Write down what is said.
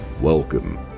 Welcome